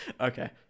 Okay